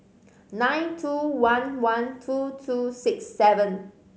nine two one one two two six seven